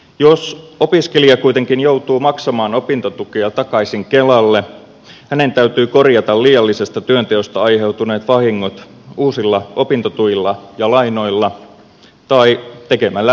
jos opiskelija kuitenkin joutuu maksamaan opintotukea takaisin kelalle hänen täytyy korjata liiallisesta työnteosta aiheutuneet vahingot uusilla opintotuilla ja lainoilla tai tekemällä lisää töitä